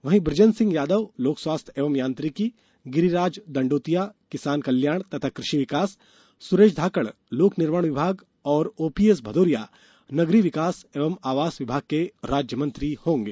वहीं वृजेन्द्र सिंह यादव लोक स्वास्थ्य एवं यांत्रिकी गिरिराज दण्डोतिया किसान कल्याण तथा कृषि विकास सुरेश धाकड़ लोक निर्माण विभाग और ओपीएस भदौरिया नगरीय विकास एवं आवास विभाग के राज्य मंत्री होंगे